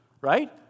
Right